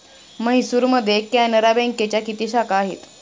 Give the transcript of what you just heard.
म्हैसूरमध्ये कॅनरा बँकेच्या किती शाखा आहेत?